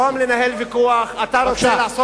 במקום לנהל ויכוח אתה רוצה לעשות,